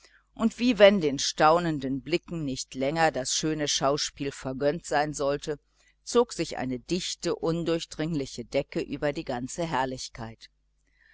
und wie wenn den staunenden blicken nicht länger das schöne schauspiel vergönnt sein sollte zog sich eine dichte decke über die ganze herrlichkeit